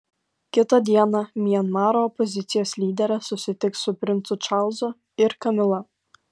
kitą dieną mianmaro opozicijos lyderė susitiks su princu čarlzu ir kamila